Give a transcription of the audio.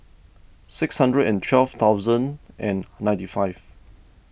six hundred and twelve thousand and ninety five